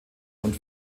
und